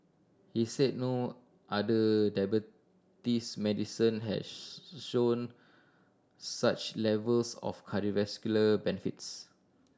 he said no other diabetes medicine has shown such levels of cardiovascular benefits